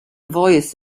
voice